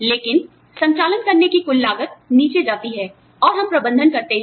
लेकिन संचालनकरने की कुल लागत नीचे जाती है और हम प्रबंधन करते हैं